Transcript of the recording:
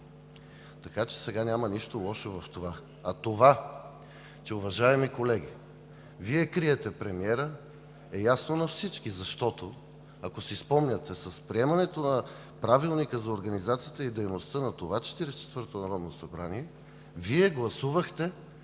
Така че сега няма нищо лошо в това. А това, уважаеми колеги, че Вие криете премиера, е ясно на всички, защото, ако си спомняте, с приемането на Правилника за организацията и дейността на Народното събрание – на това